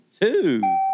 two